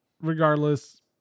regardless